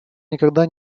никогда